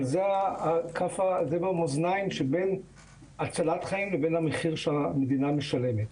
אבל זה מה שעל המאזניים בין הצלת חיים לבין המחיר שהמדינה משלמת.